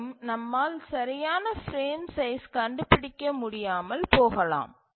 மேலும் நம்மால் சரியான பிரேம் சைஸ் கண்டுபிடிக்க முடியாமல் போகலாம்